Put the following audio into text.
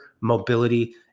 mobility